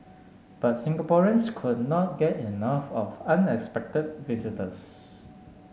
but Singaporeans could not get enough of unexpected visitors